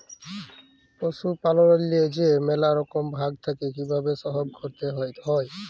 পশুপাললেল্লে যে ম্যালা রকম ভাগ থ্যাকে কিভাবে সহব ক্যরতে হয়